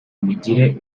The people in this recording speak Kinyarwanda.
mugire